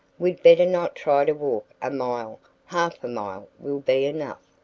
we'd better not try to walk a mile half a mile will be enough,